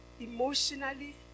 emotionally